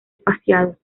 espaciados